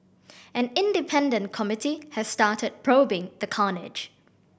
an independent committee has started probing the carnage